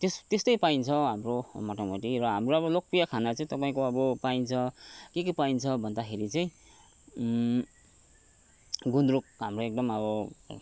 त्यस्तै पाइन्छ हाम्रो मोटामोटी र हाम्रो अब लोकप्रिय खाना चाहिँ तपाईँको अब के के पाइन्छ भन्दाखेरि चाहिँ गुन्द्रुक हाम्रो एकदम अब